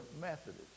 Methodist